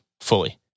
fully